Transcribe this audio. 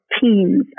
teams